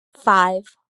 five